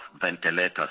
ventilators